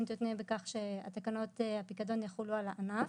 תותנה בכך שתקנות הפיקדון יחולו על הענף.